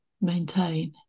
maintain